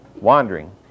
wandering